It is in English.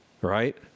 right